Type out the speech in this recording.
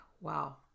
Wow